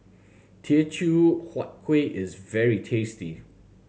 Teochew Huat Kueh is very tasty